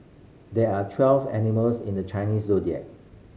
there are twelve animals in the Chinese Zodiac